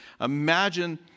Imagine